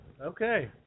Okay